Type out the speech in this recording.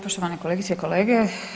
Poštovane kolegice i kolege.